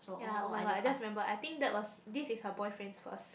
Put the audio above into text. yea oh-my-god I just remember I think that was this is her boyfriend first